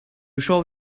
show